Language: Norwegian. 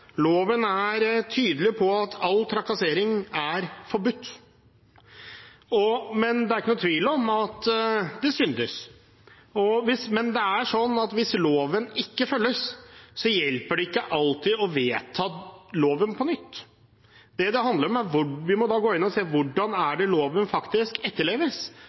Loven er tydelig på at all trakassering er forbudt. Men det er ikke noe tvil om at det syndes. Men hvis loven ikke følges, hjelper det ikke alltid å vedta loven på nytt. Vi må da gå inn og se hvordan loven faktisk etterleves,